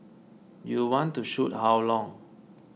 you want to shoot how long